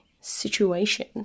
situation